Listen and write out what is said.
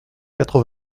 quatre